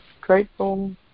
grateful